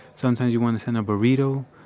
sometimes you want to send a burrito.